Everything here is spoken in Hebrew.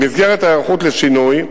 במסגרת ההיערכות לשינוי,